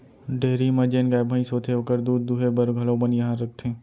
dairy म जेन गाय भईंस होथे ओकर दूद दुहे बर घलौ बनिहार रखथें